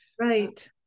right